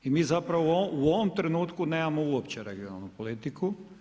I mi zapravo u ovom trenutku nemamo uopće regionalnu politiku.